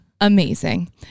amazing